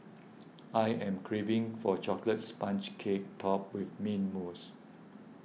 I am craving for a Chocolate Sponge Cake Topped with Mint Mousse